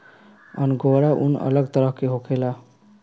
angora ऊन अलग तरह के होखेला